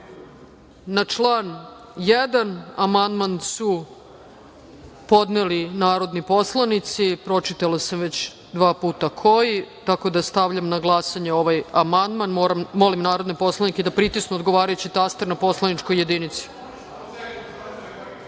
član 1. amandman su podneli narodni poslanici, pročitala sam već dva puta koji, tako da stavljam na glasanje ovaj amandman. Molim narodne poslanike da pritisnu odgovarajući taster na poslaničku jedinici.(Radomir